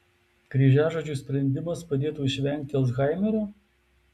kryžiažodžių sprendimas padėtų išvengti alzhaimerio